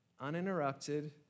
uninterrupted